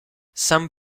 saint